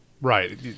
right